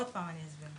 עוד פעם אני אסביר.